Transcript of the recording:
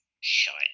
Shite